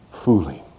fooling